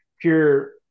pure